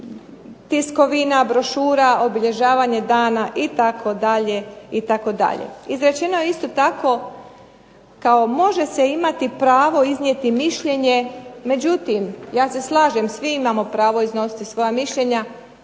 tiskovina, brošura, obilježavanje dana itd. Izrečeno je isto tako kao "može se imati pravo iznijeti mišljenje". Međutim, ja se slažem svi imamo pravo iznositi svoja mišljenja